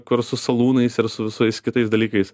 kur su salūnais ir su visais kitais dalykais